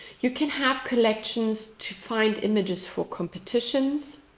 you can have collections to find images for competitions.